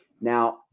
Now